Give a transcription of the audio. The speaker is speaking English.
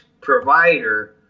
provider